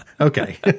Okay